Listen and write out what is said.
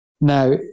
Now